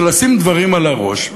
של לשים דברים על הראש.